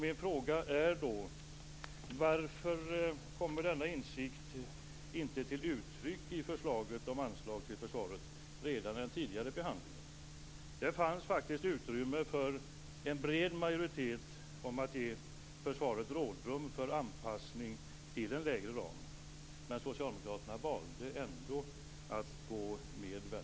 Min fråga är då: Varför kom denna insikt inte till uttryck i förslaget om anslag till försvaret redan i den tidigare behandlingen? Där fanns det faktiskt utrymme för en bred majoritet för att ge försvaret rådrum för anpassning till en lägre ram. Men Socialdemokraterna valde ändå att gå med